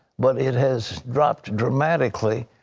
but it has dropped dramatically.